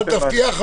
אל תבטיח,